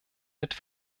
mit